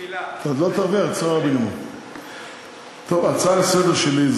ההצעה לסדר-היום שלי היא